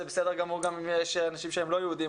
זה בסדר גמור גם שיש גם אנשים שהם לא יהודים,